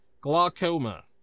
Glaucoma